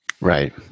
right